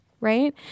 right